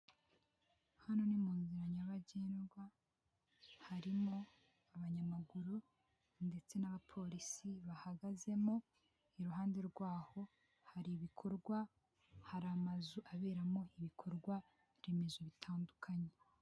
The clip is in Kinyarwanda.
Hano ni mu nzira nyabagendwa, harimo abanyamaguru ndetse n'abapolisi bahagazemo, iruhande rw'aho hari ibikorwa, hari amazu aberamo ibikorwa remezo bitandukanye.